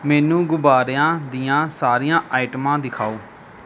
ਮੈਨੂੰ ਗੁਬਾਰਿਆਂ ਦੀਆਂ ਸਾਰੀਆਂ ਆਈਟਮਾਂ ਦਿਖਾਓ